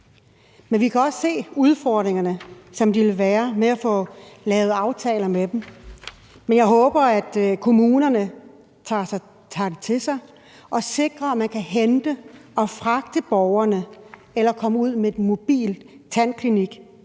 Men vi kan også se de udfordringer, der vil være, med at få lavet aftaler med dem. Jeg håber, at kommunerne tager det til sig og sikrer, at man kan hente og fragte borgerne eller komme ud med en mobil tandklinik